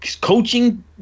coaching